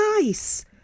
nice